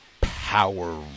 power